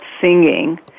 singing